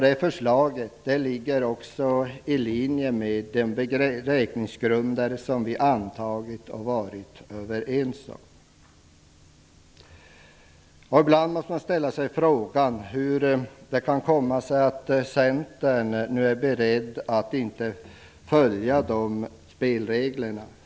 Detta förslag ligger i linje med de beräkningsgrunder som vi antagit och varit överens om. Man bör ställa sig frågan: Hur kan det komma sig att Centern nu inte är berett att följa spelreglerna?